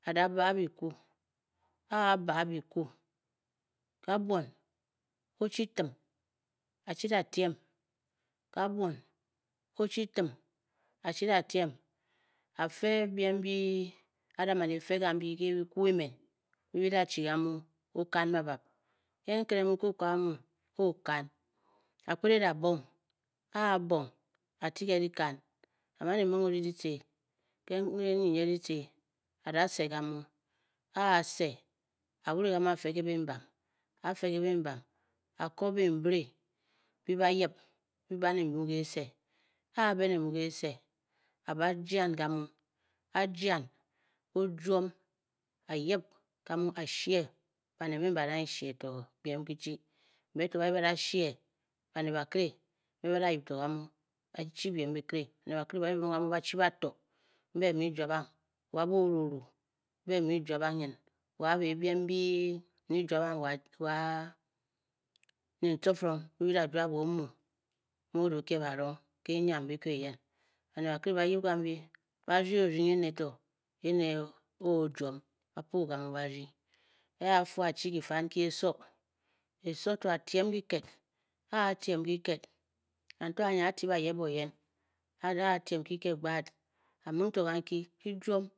Â da baa bikwu, a-a baa- bikwu kabuon ochi tim a chi da tyem, ka buon o chi tim a chi da tyem, a fe biem byi a da man e fe kambi ke kwu emen mbi bi da chi ka mu o kan babab, ke nkere mu koko amu oo-kan a-kped e da bong a-a bong a ti ke dikan a man e mung o re ditce ke nnyinyng ditce a da se kamu a-a se. a wure gamu a fe ke bembam a fe ke bemmbam, a koo bembiree bi ba yip bi ba ne mu kese, a-a be ne mu kese a ba jan, a- jan, oo-jwom, a yip gamu a she baned mbe ba danghe eshe to biem kijii, mbe to ba yibing ba da she baned bakire mbe da yip to kamu bachi biem bikire, baned bakire ba yip ka mu ba chi bato. mbe bi mu juabang wa booruru mbe bi mu juabang nyin, wa bebiem mbyi mu bi juabang wa ne tcifiring mbyi bi juab wa omu, mu da o kye barong ke enyam biko eyen, baned bakire ba yip kambyi ba rdyi ordyi ene to, ene o-juom, ba puu kamu ba rdyi a-a fu a chi kifad nki eso, eso to a tyem kiked, a-a tyem kiked, kanto anyi a ti bayep wo yen, a a man a-tyem kiked gbaad, a ming to ganki ki juom.